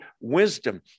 wisdom